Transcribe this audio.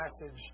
message